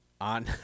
on